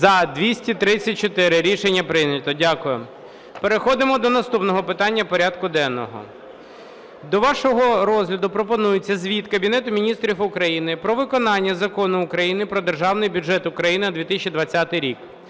За-234 Рішення прийнято. Дякую. Переходимо до наступного питання порядку денного. До вашого розгляду пропонується Звіт Кабінету Міністрів України про виконання Закону України "Про Державний бюджет України на 2020 рік".